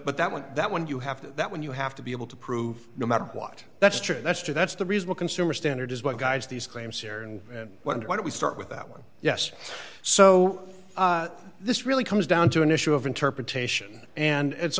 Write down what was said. but that meant that when you have that when you have to be able to prove no matter what that's true that's true that's the reason the consumer standard is what guides these claims here and wonder why don't we start with that one yes so this really comes down to an issue of interpretation and it's